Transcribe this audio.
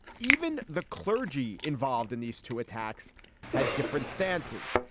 even the clergy involved in these two attacks had different stances.